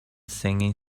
singing